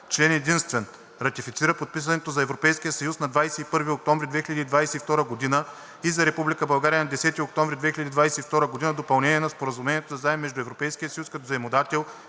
Член единствен. Ратифицира подписването за Европейския съюз на 21 октомври 2022 г. и за Република България на 10 октомври 2022 г. Допълнение на Споразумението за заем между Европейския съюз като заемодател